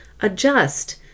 adjust